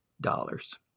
dollars